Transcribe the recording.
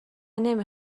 نمی